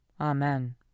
Amen